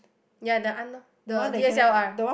ya the aunt oh the D_S_L_R